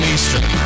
Eastern